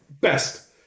Best